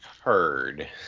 heard